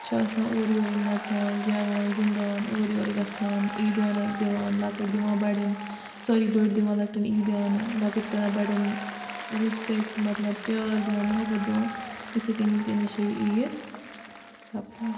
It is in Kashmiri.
أسۍ چھِ آسان اورٕ یورٕ نَژان گیٚوان گِنٛدان اورٕ یورٕ گَژھان عیٖدیانہٕ دِوان لۄکٕٹۍ دِوان بَڑیٚن سٲری بٔڑۍ دِوان لۄکٹیٚن عیٖدیانہٕ لۄکٕٹۍ کَران بَڑیٚن ریٚسپٮٚکٹہٕ مطلب پیار دِوان محبت دِوان یِتھے کٔنی کٔنی چھِ یہِ عیٖد سَپدان